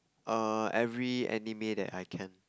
err every anime that I can